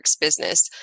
business